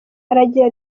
aragira